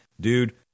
Dude